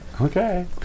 Okay